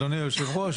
אדוני היושב-ראש,